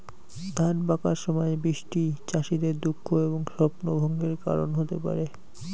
ধান পাকার সময় বৃষ্টি চাষীদের দুঃখ এবং স্বপ্নভঙ্গের কারণ হতে পারে